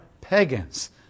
pagans